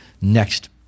next